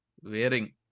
wearing